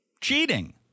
cheating